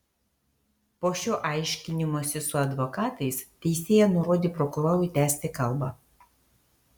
po šio aiškinimosi su advokatais teisėja nurodė prokurorui tęsti kalbą